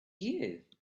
you